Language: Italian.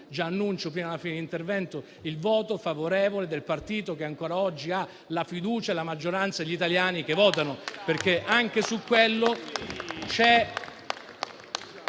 già annuncio, prima della fine del mio intervento, il voto favorevole del partito che ancora oggi ha la fiducia e la maggioranza degli italiani, perché anche su quello c'è